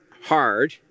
hard